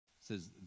says